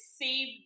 save